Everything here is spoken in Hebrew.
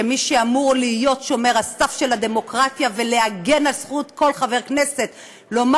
שמי שאמור להיות שומר הסף של הדמוקרטיה ולהגן על זכות כל חבר כנסת לומר